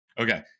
okay